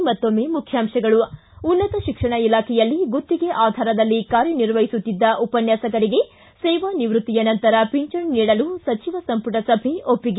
ಕೊನೆಯಲ್ಲಿ ಮತ್ತೊಮ್ಮೆ ಮುಖ್ಯಾಂಶಗಳು ಿ ಉನ್ನತ ಶಿಕ್ಷಣ ಇಲಾಖೆಯಲ್ಲಿ ಗುತ್ತಿಗೆ ಆಧಾರದಲ್ಲಿ ಕಾರ್ಯನಿರ್ವಹಿಸುತ್ತಿದ್ದ ಉಪನ್ಯಾಸಕರಿಗೆ ಸೇವಾ ನಿವೃತ್ತಿಯ ನಂತರ ಪಿಂಚಣಿ ನೀಡಲು ಸಚಿವ ಸಂಪುಟ ಸಭೆ ಒಪ್ಪಿಗೆ